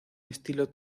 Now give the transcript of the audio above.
estilo